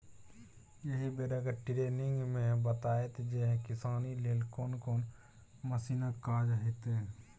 एहि बेरक टिरेनिंग मे बताएत जे किसानी लेल कोन कोन मशीनक काज हेतै